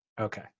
Okay